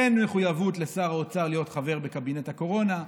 אין מחויבות לשר האוצר להיות חבר בקבינט הקורונה,